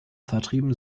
vertrieben